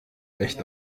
echt